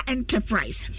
Enterprise